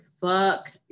Fuck